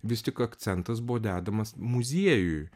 vis tik akcentas buvo dedamas muziejui